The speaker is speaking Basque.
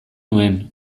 nuen